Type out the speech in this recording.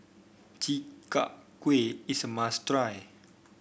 Chi Kak Kuih is a must try